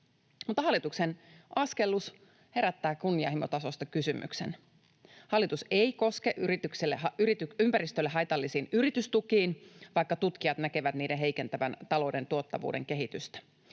hallituksen askellus herättää kysymyksen kunnianhimon tasosta. Hallitus ei koske ympäristölle haitallisiin yritystukiin, vaikka tutkijat näkevät niiden heikentävän talouden tuottavuuden kehitystä.